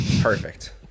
Perfect